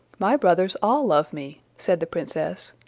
my brothers all love me, said the princess,